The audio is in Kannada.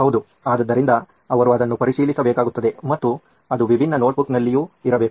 ಆದ್ದರಿಂದ ಅವರು ಅದನ್ನು ಪರಿಶೀಲಿಸಬೇಕಾಗುತ್ತದೆ ಮತ್ತು ಅದು ವಿಭಿನ್ನ ನೋಟ್ಬುಕ್ನಲ್ಲಿಯೂ ಇರಬೇಕು